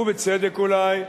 ובצדק אולי,